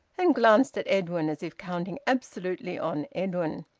and glanced at edwin as if counting absolutely on edwin.